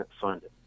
funded